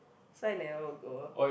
so I never go